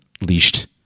leashed